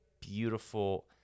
beautiful